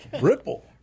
Ripple